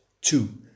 two